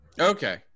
okay